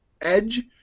Edge